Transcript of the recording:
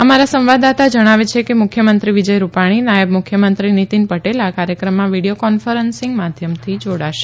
અમારા સંવાદદાતા જણાવે છે કે મુખ્યમંત્રી વિજય રૂપાણી નાયબ મુખ્યમંત્રી નીતિન પટેલ આ કાર્યક્રમમાં વીડિયો કોન્ફરન્સિંગ માધ્યમથી જોડાશે